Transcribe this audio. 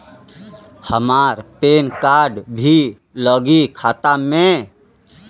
हमार PAN card भी लगी खाता में?